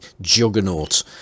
juggernaut